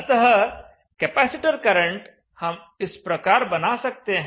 अतः capacitor current हम इस प्रकार बना सकते हैं